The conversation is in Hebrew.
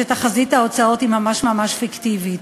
שתחזית ההוצאות היא ממש ממש פיקטיבית.